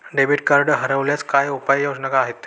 Debit card हरवल्यास काय उपाय योजना आहेत?